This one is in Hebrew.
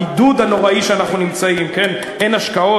הבידוד הנוראי שאנחנו נמצאים, אין השקעות?